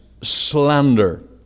slander